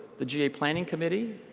the g a planning committee,